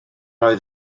oedd